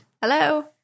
Hello